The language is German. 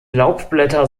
laubblätter